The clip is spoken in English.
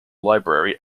library